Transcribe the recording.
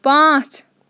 پانٛژھ